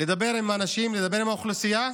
לדבר עם האנשים, לדבר עם האוכלוסייה,